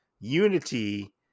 Unity